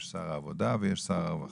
יש שר העבודה ויש שר הרווחה.